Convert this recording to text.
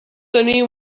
tenir